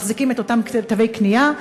מחזיקים את אותם תווי קנייה,